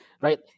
right